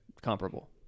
comparable